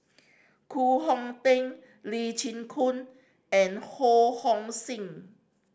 Koh Hong Teng Lee Chin Koon and Ho Hong Sing